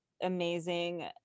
amazing